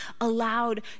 allowed